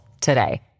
today